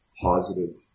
positive